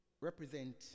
represent